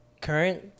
current